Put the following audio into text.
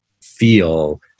feel